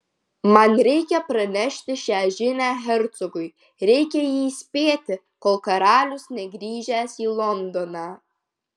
man reikia pranešti šią žinią hercogui reikia jį įspėti kol karalius negrįžęs į londoną